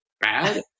bad